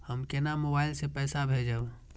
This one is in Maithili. हम केना मोबाइल से पैसा भेजब?